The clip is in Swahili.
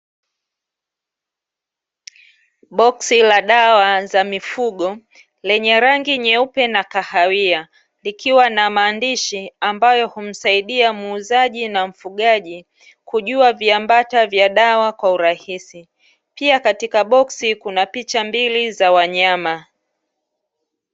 Boksi la dawa za mifugo lenye rangi nyeupe na kahawia likiwa na maandishi ambayo humsaidia muuzaji na mfugaji kujua viambata vya dawa kwa urahisi, pia katika boksi kuna picha mbili za wanyama.